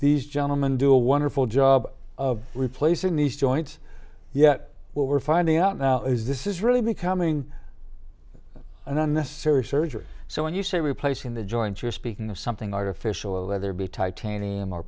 these gentlemen do a wonderful job of replacing these joints yet what we're finding out now is this is really becoming an unnecessary surgery so when you say replacing the joint you're speaking of something artificial weatherby titanium or